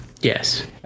Yes